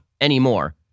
anymore